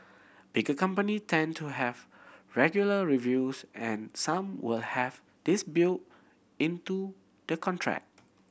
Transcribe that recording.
bigger company tend to have regular reviews and some will have this built into the contract